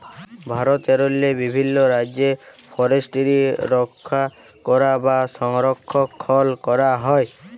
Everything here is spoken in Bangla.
ভারতেরলে বিভিল্ল রাজ্যে ফরেসটিরি রখ্যা ক্যরা বা সংরখ্খল ক্যরা হয়